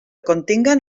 continguen